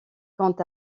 quant